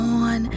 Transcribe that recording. on